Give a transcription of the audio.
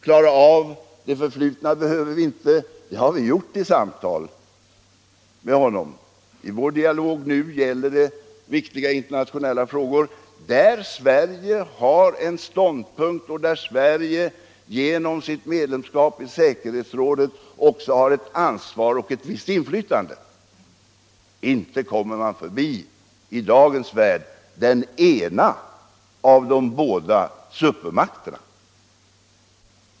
Klara av det förflutna behöver vi inte, det har vi gjort i samtal med honom. I vår dialog nu gäller det viktiga internationella frågor där Sverige har en ståndpunkt och där Sverige genom sitt medlemskap i säkerhetsrådet också har ett ansvar och ett visst inflytande. Inte kommer man i dagens läge förbi den ena av de båda supermakterna.